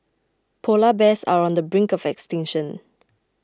Polar Bears are on the brink of extinction